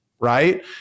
right